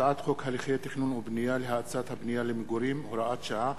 הצעת חוק הליכי תכנון ובנייה להאצת הבנייה למגורים (הוראת שעה),